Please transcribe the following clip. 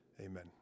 Amen